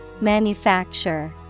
Manufacture